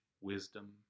wisdom